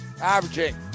Averaging